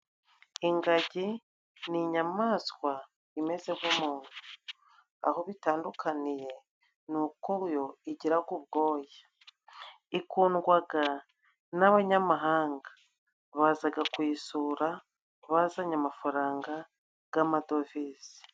Ingagi ni inyamaswa imeze nk'umuntu aho bitandukaniye ni uko yo igiraga ubwoya, ikundwaga n'abanyamahanga bazaga kuyisura bazanye amafaranga g'amadovize.